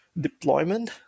deployment